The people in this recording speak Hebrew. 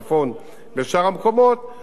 בהתחשב בחוות הדעת המקצועיות,